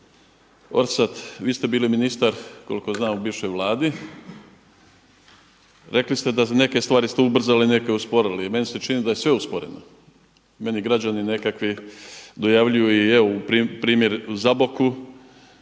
Orsat, vi ste bili ministar koliko znam u bivšoj Vladi, rekli ste da neke stvari ste ubrzali a neke usporili. Meni se čini da je sve usporeno. Meni građani nekakvi dojavljuju i evo primjer u Zaboku